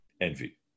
envy